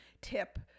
tip